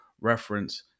reference